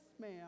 ma'am